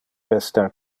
restar